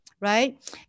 right